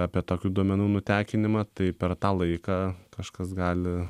apie tokių duomenų nutekinimą tai per tą laiką kažkas gali